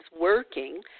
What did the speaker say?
working